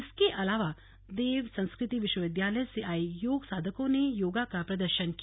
इसके अलावा देव संस्कृति विश्वविद्यालय से आये योग साधकों ने योगा का प्रदर्शन किया